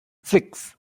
six